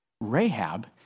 Rahab